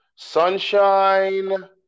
Sunshine